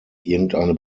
irgendeine